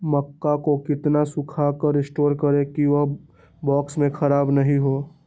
मक्का को कितना सूखा कर स्टोर करें की ओ बॉक्स में ख़राब नहीं हो?